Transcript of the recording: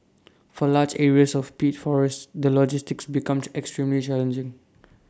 for large areas of peat forests the logistics becomes extremely challenging